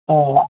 آ